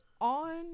on